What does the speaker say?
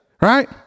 right